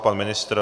Pan ministr?